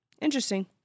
Interesting